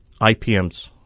IPMs